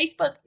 Facebook